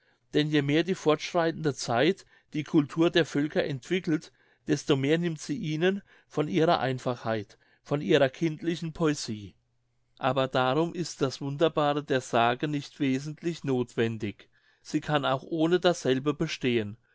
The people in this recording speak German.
denn je mehr die fortschreitende zeit die cultur der völker entwickelt desto mehr nimmt sie ihnen von ihrer einfachheit von ihrer kindlichen poesie aber darum ist das wunderbare der sage nicht wesentlich nothwendig sie kann auch ohne dasselbe bestehen